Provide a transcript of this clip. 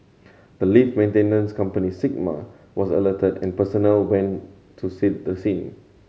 the lift maintenance company Sigma was alerted and personnel went to sent the scene